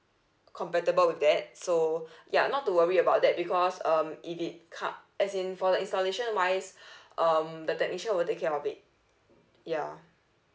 compatible with that so ya not to worry about that because um if it ca~ as in for the installation wise um the technician will take care of it ya